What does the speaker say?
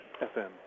FM